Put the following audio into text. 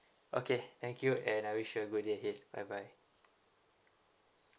okay thank you and I wish you a good day ahead bye bye